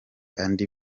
andi